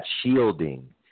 shielding